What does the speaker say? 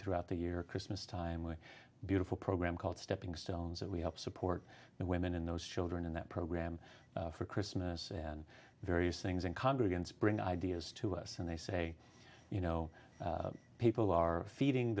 throughout the year christmas time with beautiful program called stepping stones that we help support the women in those children in that program for christmas and various things and congregants bring ideas to us and they say you know people are feeding